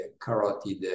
carotid